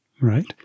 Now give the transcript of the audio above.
right